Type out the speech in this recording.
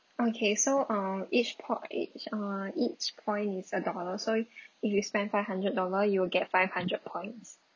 okay so uh each point uh each point is a dollar so if you spend five hundred dollar you will get five hundred points